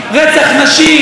רצח נשים.